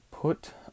put